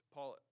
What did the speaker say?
Paul